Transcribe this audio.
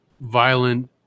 violent